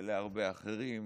ולהרבה אחרים: